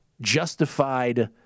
justified